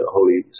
Holy